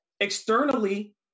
externally